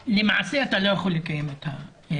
שלמעשה הוא לא יכול לקיים את החתונה.